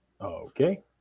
Okay